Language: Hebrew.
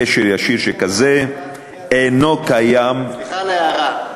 קשר ישיר שכזה אינו קיים, סליחה על ההערה.